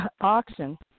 auction